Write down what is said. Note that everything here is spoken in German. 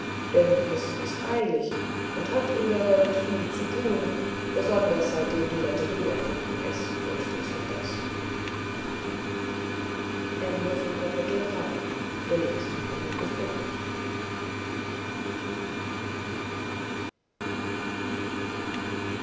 denn es ist eilig und hat in der welt viel zu tun besonders seitdem die lotterie erfunden ist und dies und das